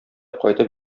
кайтып